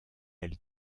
elle